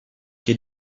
che